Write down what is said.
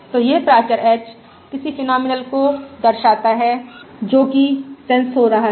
तो यह प्राचर h किसी फेनोमिनल को दर्शाता है जो कि सेंस हो रहा है